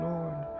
Lord